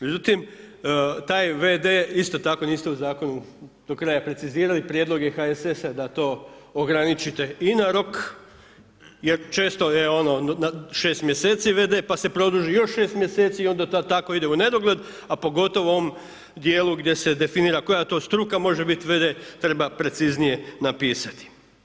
Međutim, taj v.d. isto tako niste u zakonu do kraja precizirali, prijedlog je HSS-a da to ograničite i na rok jer često je ono 6 mj. v.d. pa se produži još 6 mj. i onda to tako ide u nedogled, a pogotovo u ovom djelu gdje se definira koja to struka može biti v.d., treba preciznije napisati.